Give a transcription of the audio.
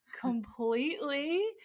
completely